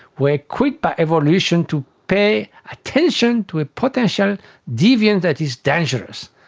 we are equipped by evolution to pay attention to a potential deviant that is dangerous.